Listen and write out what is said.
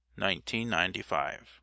1995